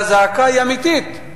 והזעקה היא אמיתית.